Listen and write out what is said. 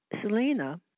Selena